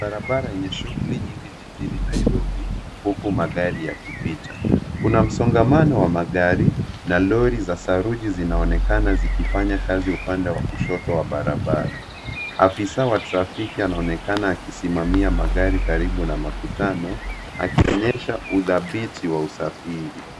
Barabara yenye shughuli nyingi jijini Nairobi huku magari yakipita. Kuna msongamano wa magari na lori za saruji zinaonekana zikifanya kazi upabde wa kushoto wa barabara. Afisa wa trafiki anaonekana akisimamia magari karibu na makutano akionyesha udhabiti wa usafiri.